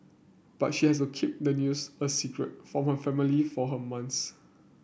but she has to keep the news a secret from her family for her months